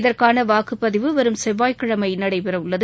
இதற்கானவாக்குப்பதிவு வரும் செவ்வாய் கிழமைநடைபெறஉள்ளது